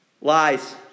Lies